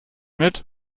mit